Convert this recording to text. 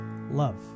love